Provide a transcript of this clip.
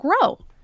grow